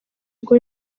bwo